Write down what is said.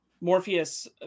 Morpheus